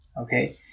okay